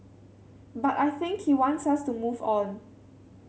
but I think he wants us to move on